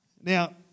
Now